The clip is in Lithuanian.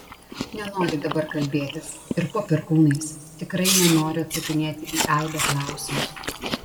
nenoriu dabar kalbėtis ir po perkūnais tikrai nenoriu atsakinėti į aibę klausimų